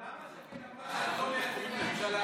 אבל למה שקד אמרה שאתה לא מייצג את הממשלה?